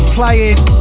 playing